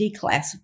declassified